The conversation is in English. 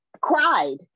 cried